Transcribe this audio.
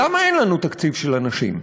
למה אין לנו תקציב של אנשים?